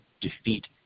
defeat